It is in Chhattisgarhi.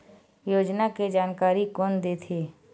योजना के जानकारी कोन दे थे?